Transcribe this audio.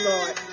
Lord